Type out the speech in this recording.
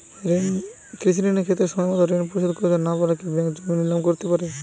কৃষিঋণের ক্ষেত্রে সময়মত ঋণ পরিশোধ করতে না পারলে কি ব্যাঙ্ক জমি নিলাম করতে পারে?